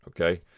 Okay